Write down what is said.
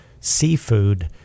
seafood